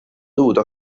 dovuto